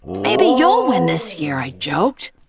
maybe you'll win this year, i joked.